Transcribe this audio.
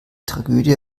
tragödie